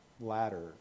ladder